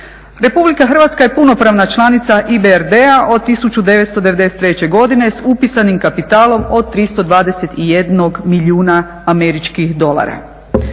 napretku država. RH je punopravna članica EBRD-a od 1993.godine s upisanim kapitalom od 321 milijuna američkih dolara.